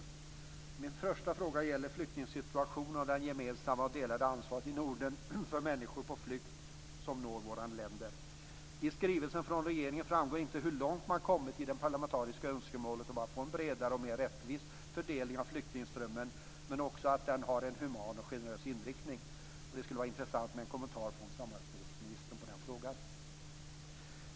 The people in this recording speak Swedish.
Min första fråga gäller flyktingsituationen och det gemensamma och delade ansvaret i Norden för människor på flykt som når våra länder. I skrivelsen från regeringen framgår inte hur långt man har kommit i det parlamentariska önskemålet om att få en bredare och mer rättvis fördelning av flyktingströmmen samtidigt som den skall ha en human och generös inriktning. Det skulle vara intressant med en kommentar från samarbetsministern i den frågan.